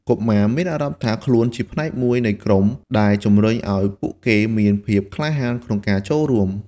កុមារមានអារម្មណ៍ថាខ្លួនជាផ្នែកមួយនៃក្រុម ដែលជំរុញឲ្យពួកគេមានភាពក្លាហានក្នុងការចូលរួម។